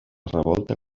revolta